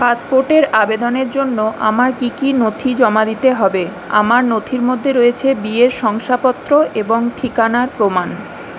পাসপোর্টের আবেদনের জন্য আমার কী কী নথি জমা দিতে হবে আমার নথির মধ্যে রয়েছে বিয়ের শংসাপত্র এবং ঠিকানার প্রমাণ